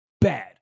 bad